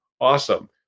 awesome